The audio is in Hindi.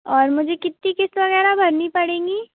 और मुझे कितनी किस्त वग़ैरह भरनी पड़ेगी